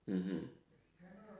mmhmm